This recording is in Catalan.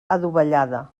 adovellada